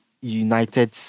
United